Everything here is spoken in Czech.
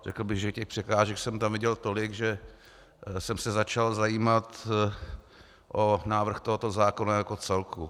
A řekl bych, že těch překážek jsem tam viděl tolik, že jsem se začal zajímat o návrh tohoto zákona jako celku.